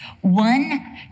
one